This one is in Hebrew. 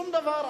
שום דבר.